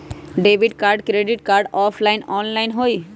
Debit card credit card offline online होई?